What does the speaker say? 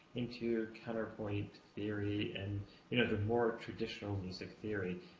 into counterpoint theory, and you know the more traditional music theory?